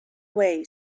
way